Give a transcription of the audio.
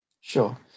Sure